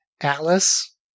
Atlas